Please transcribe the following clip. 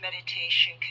meditation